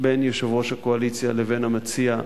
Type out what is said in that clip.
בין יושב-ראש הקואליציה לבין המציע.